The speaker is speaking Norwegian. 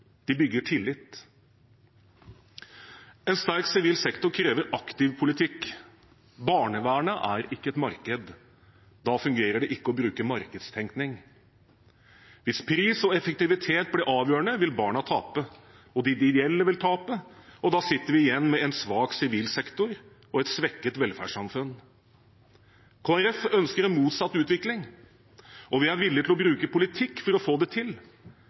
De bygger tillit. En sterk sivil sektor krever en aktiv politikk. Barnevernet er ikke et marked. Da fungerer det ikke å bruke markedstenkning. Hvis pris og effektivitet blir avgjørende, vil barna tape, og de ideelle vil tape. Da sitter vi igjen med en svak sivil sektor og et svekket velferdssamfunn. Kristelig Folkeparti ønsker en motsatt utvikling, og vi er villige til å bruke politikk for å få det til.